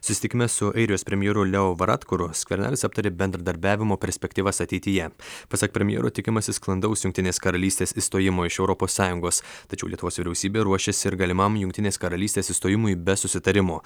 susitikime su airijos premjeru lejo varadkuru skvernelis aptarė bendradarbiavimo perspektyvas ateityje pasak premjero tikimasi sklandaus jungtinės karalystės išstojimo iš europos sąjungos tačiau lietuvos vyriausybė ruošiasi ir galimam jungtinės karalystės išstojimui be susitarimo